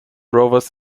rovers